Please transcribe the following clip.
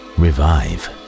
revive